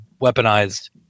weaponized